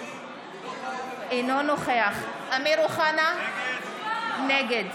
אינו נוכח אמיר אוחנה, נגד